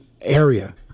area